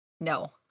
No